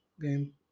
game